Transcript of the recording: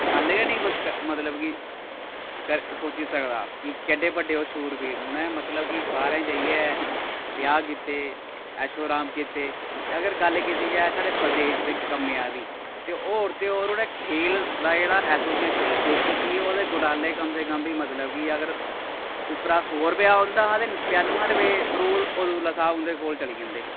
गल्ल गै निं मतलब कि सोची सकदा कि केड्डे बड्डे ओह् शूरवीर न उ'नें मतलब कि बाह्रें जाइयै ब्याह् कीते ऐशो अराम कीते ते अगर गल्ल कीती जाए साढ़े प्रदेश दे कम्मै दी ते होर ते होर उ'नें खेल दा जेह्ड़ा ऐसोसिएशन ही जे के सी ओह्दे घोटाले कम से कम बी मतलब कि अगर उप्परा सौ रपेआ औंदा हा ते पचानुऐ रपेऽ फरूक उब्दुला साह्ब हुंदे कोल चली जंदे हे